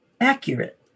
accurate